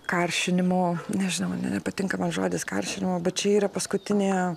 karšinimo nežinau ne nepatinka man žodis karšinimo bet čia yra paskutinė